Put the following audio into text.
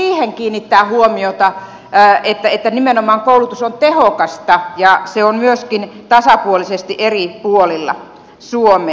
ja siihen pitää kiinnittää huomiota että nimenomaan koulutus on tehokasta ja se on myöskin tasapuolisesti eri puolilla suomea